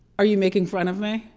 are you making fun of me?